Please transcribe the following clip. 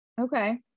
Okay